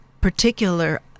particular